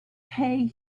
pay